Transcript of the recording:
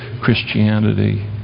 Christianity